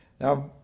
Now